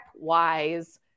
wise